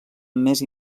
més